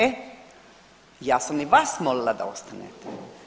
E, ja sam i vas molila da ostanete.